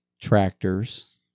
tractors